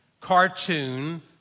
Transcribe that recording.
cartoon